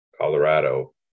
Colorado